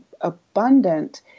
abundant